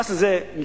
המס הזה מיותר.